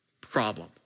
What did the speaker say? Problem